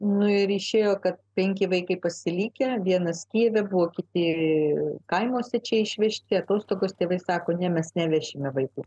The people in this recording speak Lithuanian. nu ir išėjo kad penki vaikai pasilikę vienas kijeve buvo kiti kaimuose čia išvežti atostogos tėvai sako ne mes nevešime vaikų